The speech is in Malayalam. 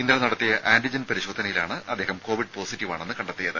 ഇന്നലെ നടത്തിയ ആന്റിജൻ പരിശോധനയിലാണ് അദ്ദേഹം കോവിഡ് പോസിറ്റീവാണെന്ന് കണ്ടെത്തിയത്